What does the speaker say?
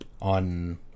on